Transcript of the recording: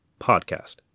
Podcast